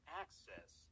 access